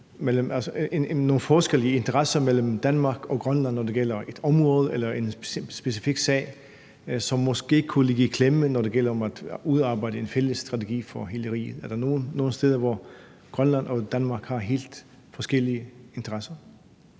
ordføreren nogle forskelle i interesser mellem Danmark og Grønland, når det gælder et område eller en specifik sag, som måske kunne komme i klemme, når det gælder om at udarbejde en fælles strategi for hele riget? Er der nogle steder, hvor Grønland og Danmark har helt forskellige interesser?